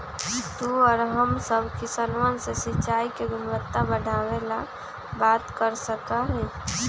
तू और हम सब किसनवन से सिंचाई के गुणवत्ता बढ़ावे ला बात कर सका ही